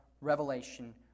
revelation